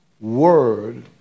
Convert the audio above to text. Word